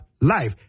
life